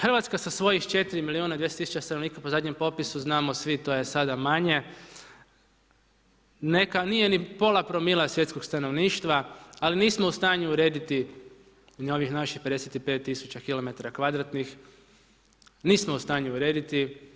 Hrvatska sa svojih 4 milijuna i 200 tisuća stanovnika po zadnjem popisu, znamo svi to je sada manje, nije ni pola promila svjetskog stanovništva, ali nismo u stanju urediti ni ovih naših 55 tisuća km kvadratnih, nismo u stanju u rediti.